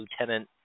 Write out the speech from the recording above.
Lieutenant